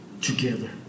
Together